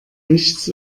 nichts